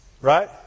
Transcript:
Right